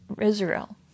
israel